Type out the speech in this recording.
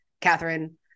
Catherine